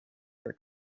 for